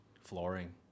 Flooring